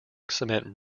cement